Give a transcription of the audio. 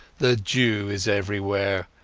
the jew is everywhere,